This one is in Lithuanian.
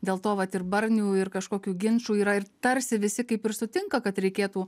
dėl to vat ir barnių ir kažkokių ginčų yra ir tarsi visi kaip ir sutinka kad reikėtų